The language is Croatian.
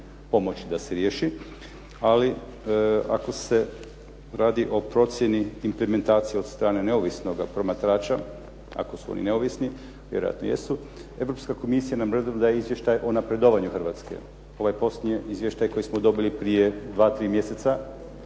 pomoći da se riješi, ali ako se radi o procjeni implementacije od strane neovisnoga promatrača, ako su oni neovisni, vjerojatno jesu, Europska komisija nam redovno daje izvještaj o napredovanju Hrvatske. Ovaj posljednji izvještaj koji smo dobili prije 2, 3 mjeseca